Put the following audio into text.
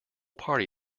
party